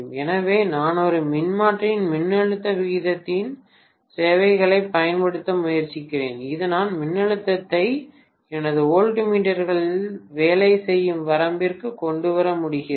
எனவே நான் ஒரு மின்மாற்றியின் மின்னழுத்த விகிதத்தின் சேவைகளைப் பயன்படுத்த முயற்சிக்கிறேன் இதனால் மின்னழுத்தத்தை எனது வோல்ட்மீட்டர்கள் வேலை செய்யும் வரம்பிற்கு கொண்டு வர முடிகிறது